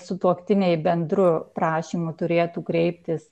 sutuoktiniai bendru prašymu turėtų kreiptis